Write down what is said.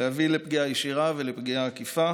ולהביא לפגיעה ישירה ולפגיעה עקיפה.